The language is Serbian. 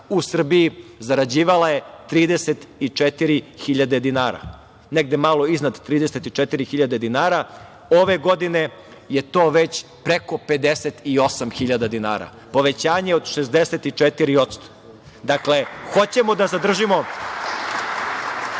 u Srbiji zarađivala je 34.000 dinara, negde malo iznad 34.000 dinara, ove godine je to već preko 58.000 dinara, povećanje od 64%.Dakle, hoćemo da zadržimo